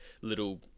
little